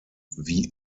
wie